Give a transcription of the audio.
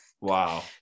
wow